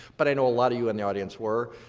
but i know a lot of you in the audience were.